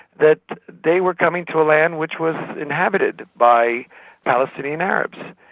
that they were coming to a land which was inhabited by palestinian arabs,